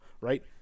right